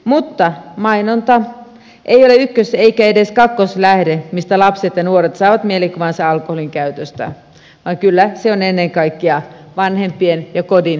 mutta mainonta ei ole ykkös eikä edes kakkoslähde mistä lapset ja nuoret saavat mielikuvansa alkoholinkäytöstä vaan kyllä se on ennen kaikkea vanhempien ja kodin esimerkistä